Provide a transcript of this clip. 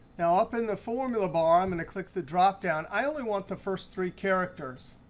now, up in the formula bar, i'm going to click the dropdown. i only want the first three characters.